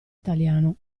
italiano